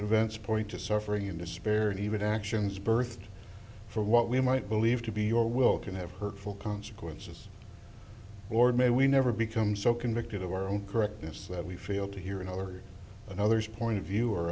events point to suffering in despair he would actions birth for what we might believe to be your will can have hurtful consequences or may we never become so convicted of our own correctness that we feel to hear our another's point of view or